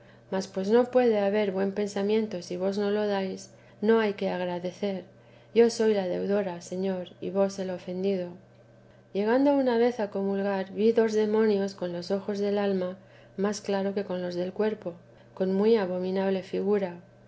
mas pues no puede haber buen pensamiento si vos no lo dais no hay que me agradecer yo soy la deudora señor y vos el ofendido llegando una vez a comulgar vi dos demonios con los ojos del alma más claro que con los del cuerpo con muy abominable figura